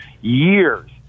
years